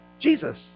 Jesus